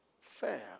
fair